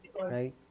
Right